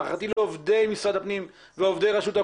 הערכתי לעובדי משרד הפנים ועובדי רשותה